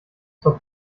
zur